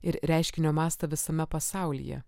ir reiškinio mastą visame pasaulyje